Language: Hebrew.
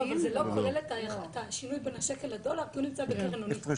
אבל זה לא כולל את השינוי בין השקל לדולר כי הוא נמצא בקרן עמית.